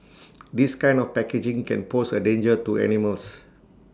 this kind of packaging can pose A danger to animals